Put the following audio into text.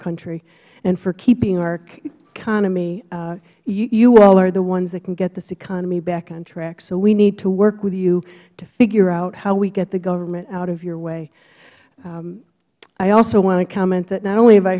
country and for keeping our economyh you all are the ones that can get this economy back on track so we need to work with you to figure out how we get the government out of your way i also want to comment that not only have i